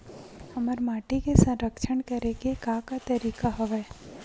हमर माटी के संरक्षण करेके का का तरीका हवय?